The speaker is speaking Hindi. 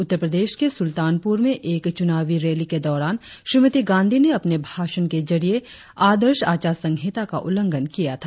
उत्तर प्रदेश के सुलतानपुर में एक चुनावी रैली के दौरान श्रीमती गांधी ने अपने भाषण के जरिये आदर्श आचार संहिता का उल्लंघन किया था